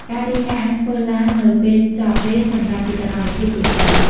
ការរាយការណ៍អាចធ្វើឡើងនៅពេលចប់វេន សម្រាប់ពីសកម្មភាពទូទៅ។